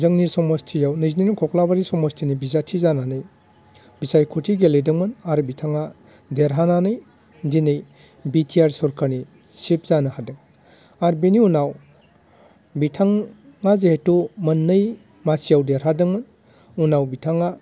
जोंनि समस्थियाव नैजिनं खख्लाबारि समस्थिनि बिजाथि जानानै बिसायखथि गेलेदोंमोन आरो बिथाङा देरहानानै दिनै बिटिआर सरखारनि चिफ जानो हादों आर बिनि उनाव बिथाङा जिहैथु मोननै मासियाव देरहादोंमोन उनाव बिथाङा